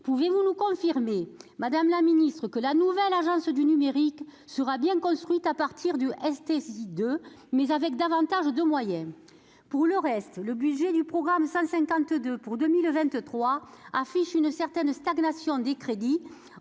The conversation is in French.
Pouvez-vous nous confirmer, madame la ministre, que la nouvelle agence du numérique sera bien construite à partir du STSI, mais avec davantage de moyens ? Pour le reste, le budget du programme 152 pour 2023 affiche une certaine stagnation des crédits